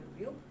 real